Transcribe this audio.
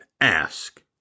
ask